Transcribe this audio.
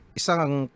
isang